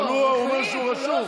אבל הוא אומר שהוא רשום.